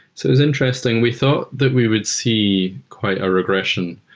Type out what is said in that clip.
so it's interesting. we thought that we would see quite a regression,